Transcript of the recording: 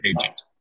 agent